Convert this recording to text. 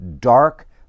dark